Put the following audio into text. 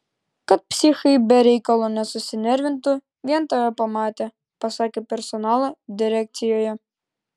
kad psichai be reikalo nesusinervintų vien tave pamatę pasakė personalo direkcijoje